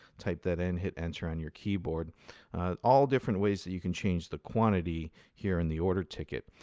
type that in, hit enter on your keyboard all different ways that you can change the quantity here in the order ticket.